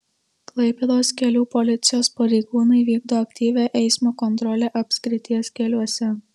klaipėdos kelių policijos pareigūnai vykdo aktyvią eismo kontrolę apskrities keliuose